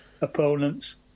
opponents